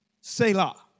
Selah